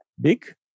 big